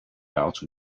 out